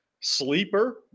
sleeper